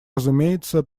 разумеется